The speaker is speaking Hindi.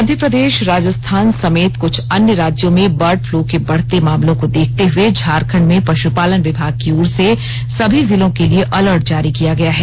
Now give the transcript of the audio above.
मध्य प्रदेश राजस्थान समेत कुछ अन्य राज्यों में बर्ड फ्लू के बढ़ते मामलों को देखते हुए झारखंड में पशुपालन विभाग की ओर से सभी जिलों के लिए अलर्ट जारी किया गया है